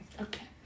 okay